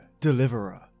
deliverer